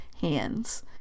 hands